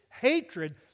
hatred